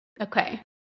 Okay